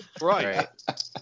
right